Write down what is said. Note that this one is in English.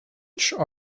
church